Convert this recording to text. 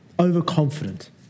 overconfident